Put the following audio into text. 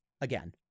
again